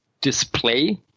display